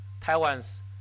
Taiwan's